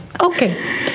okay